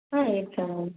ஆ இருக்காங்க